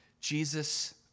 Jesus